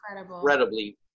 incredibly